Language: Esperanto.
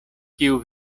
kiu